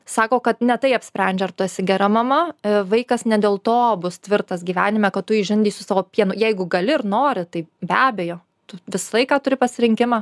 sako kad ne tai apsprendžia ar tu esi gera mama vaikas ne dėl to bus tvirtas gyvenime kad tu jį žindei su savo pienu jeigu gali ir nori tai be abejo tu visą laiką turi pasirinkimą